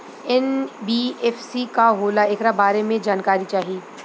NBFC का होला ऐकरा बारे मे जानकारी चाही?